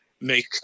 make